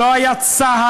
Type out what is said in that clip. לא היה צה"ל,